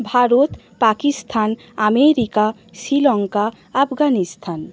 Bharat Pakistan America Sri Lanka Afghanistan